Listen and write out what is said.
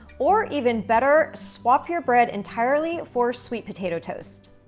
or even better, swap your bread entirely for sweet potato toast.